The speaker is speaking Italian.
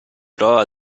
trovava